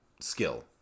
skill